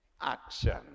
action